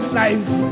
life